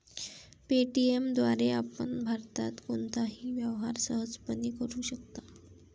Paytm द्वारे आपण भारतात कोणताही व्यवहार सहजपणे करू शकता